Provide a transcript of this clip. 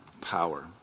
power